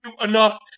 enough